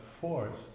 force